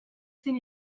zen